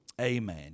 Amen